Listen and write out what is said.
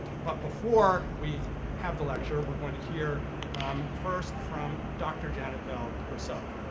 but before we have the lecture, we're going to hear um first, from dr. janet bell, herself.